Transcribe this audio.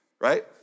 Right